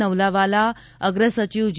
નવલાવાલા અગ્ર સચિવ જે